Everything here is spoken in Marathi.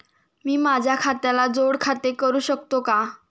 मी माझ्या खात्याला जोड खाते करू शकतो का?